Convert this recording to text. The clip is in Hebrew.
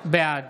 בעד